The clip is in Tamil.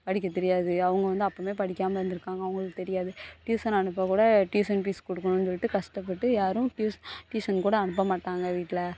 படிக்க தெரியாது அவங்க வந்து அப்பவே படிக்காமல் இருந்து இருக்காங்க அவங்களுக்கு தெரியாது டியூஷன் அனுப்ப கூட டியூஷன் பீஸ் கொடுக்கணுன் சொல்லிவிட்டு கஷ்டப்பட்டு யாரும் டியூ டியூஷன் கூட அனுப்பமாட்டாங்க வீட்டில்